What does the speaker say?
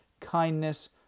kindness